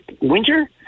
winter